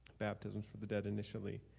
baptisms for the dead initially,